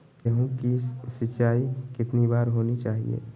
गेहु की सिंचाई कितनी बार होनी चाहिए?